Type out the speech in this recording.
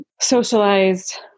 socialized